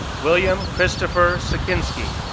william christopher szczecinski,